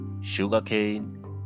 sugarcane